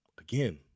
again